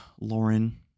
Lauren